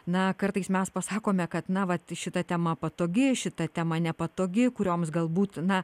na kartais mes pasakome kad na vat šita tema patogi šita tema nepatogi kurioms galbūt na